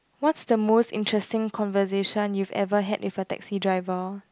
what's the most interesting conversation you ever had with a taxi driver